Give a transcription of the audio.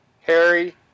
Harry